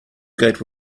gate